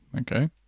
okay